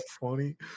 funny